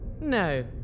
No